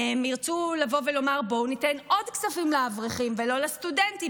הן ירצו לבוא ולומר: בואו ניתן עוד כספים לאברכים ולא לסטודנטים.